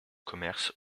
commerce